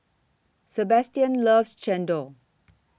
Sebastian loves Chendol